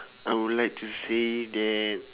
I would like to say that